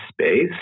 space